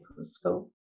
School